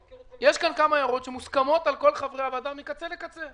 יש כאן כמה הערות שמוסכמות על כולם מקצה לקצה.